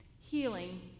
Healing